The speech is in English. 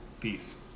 Peace